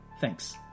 Thanks